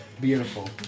Beautiful